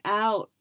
out